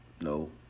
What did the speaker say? no